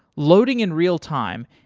loading in real time,